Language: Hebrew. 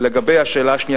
2 3. לגבי השאלה השנייה,